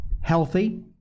Healthy